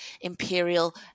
Imperial